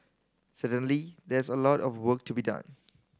certainly there's a lot of work to be done